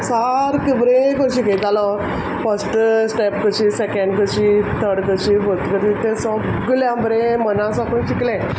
सारके बरे भश शिकयतालो फस्ट स्टॅप कशी सेकेंड कशी थर्ड कशी फोर्त कशी तें सोगलें आंव बरें मना साकून शिकलें